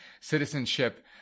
citizenship